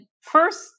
first